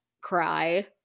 cry